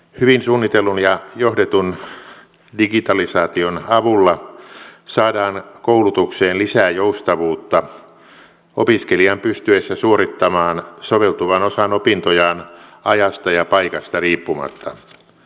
hyvin suunnitellun ja johdetun digitalisaation avulla saadaan koulutukseen lisää joustavuutta opiskelijan pystyessä suorittamaan soveltuvan osan opintojaan ajasta ja paikasta riippumatta